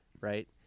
right